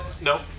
No